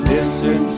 Listen